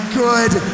good